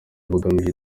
bugamije